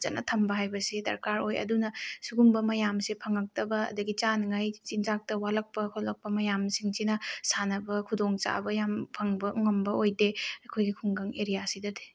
ꯐꯖꯅ ꯊꯝꯕ ꯍꯥꯏꯕꯁꯤ ꯗꯔꯀꯥꯔ ꯑꯣꯏ ꯑꯗꯨꯅ ꯁꯤꯒꯨꯝꯕ ꯃꯌꯥꯝꯁꯦ ꯐꯪꯂꯛꯇꯕ ꯑꯗꯒꯤ ꯆꯥꯅꯉꯥꯏ ꯆꯤꯟꯖꯥꯛꯇ ꯋꯥꯠꯂꯛꯄ ꯈꯣꯂꯛꯄ ꯃꯌꯥꯝꯁꯤꯡꯁꯤꯅ ꯁꯥꯟꯅꯕ ꯈꯨꯗꯣꯡ ꯆꯥꯕ ꯌꯥꯝ ꯐꯪꯕ ꯉꯝꯕ ꯑꯣꯏꯗꯦ ꯑꯩꯈꯣꯏꯒꯤ ꯈꯨꯡꯒꯪ ꯑꯦꯔꯤꯌꯥꯁꯤꯗꯗꯤ